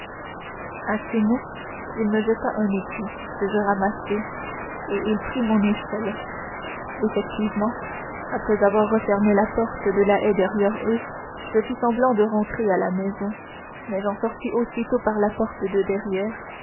à ces mots il me jeta un écu que je ramassai et il prit mon échelle effectivement après avoir refermé la porte de la haie derrière eux je fis semblant de rentrer à la maison mais j'en sortis aussitôt par la porte de derrière